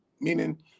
meaning